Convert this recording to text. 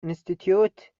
institute